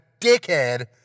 dickhead